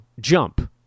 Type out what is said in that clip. jump